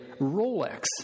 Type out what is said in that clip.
Rolex